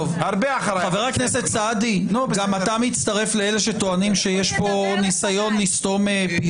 גם אתה מצטרף לאלה שטוענים שיש פה ניסיון לסתום פיות?